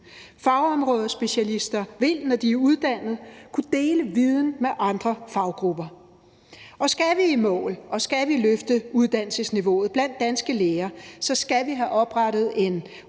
Fagområdespecialister vil, når de er uddannet, kunne dele viden med andre faggrupper. Og skal vi i mål, og skal vi løfte uddannelsesniveauet blandt danske læger, skal vi have oprettet en